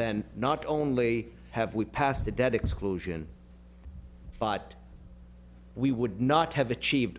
then not only have we passed the debt exclusion but we would not have achieved